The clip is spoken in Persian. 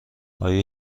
آیا